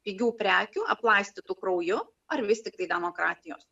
pigių prekių aplaistytų krauju ar vis tiktai demokratijos